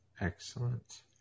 Excellent